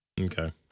Okay